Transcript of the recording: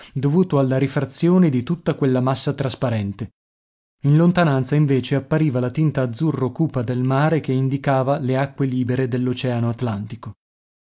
dovuto alla rifrazione di tutta quella massa trasparente in lontananza invece appariva la tinta azzurro cupa del mare che indicava le acque libere dell'oceano atlantico